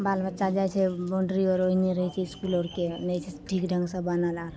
बाल बच्चा जाइ छै बाउन्डरी आओर एने रहय छै इसकुल आओर के नहि छै ठीक ढङ्गसँ बनल आर